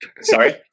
Sorry